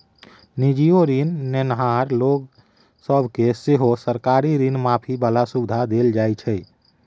निजीयो ऋण नेनहार लोक सब केँ सेहो सरकारी ऋण माफी बला सुविधा देल जाइ छै